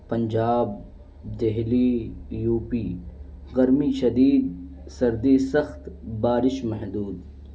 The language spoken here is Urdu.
پنجاب دہلی یو پی گرمی شدید سردی سخت بارش محدود